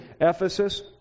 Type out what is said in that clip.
Ephesus